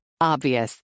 Obvious